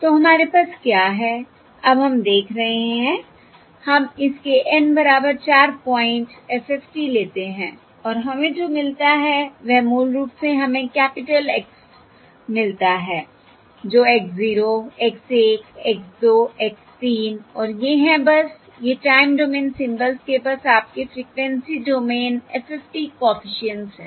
तो हमारे पास क्या है अब हम देख रहे हैं हम इस के N बराबर 4 पॉइंट FFT लेते हैं और हमें जो मिलता है वह मूल रूप से हमें कैपिटल Xs मिलता है जो X 0 X 1 X 2 X 3 और ये हैं बस ये टाइम डोमेन सिंबल्स के बस आपके फ़्रीक्वेंसी डोमेन FFT कॉफिशिएंट्स हैं